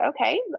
okay